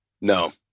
no